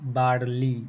barley